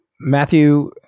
Matthew